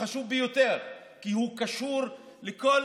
החשוב ביותר, כי הוא קשור לכל